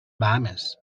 bahames